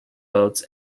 votes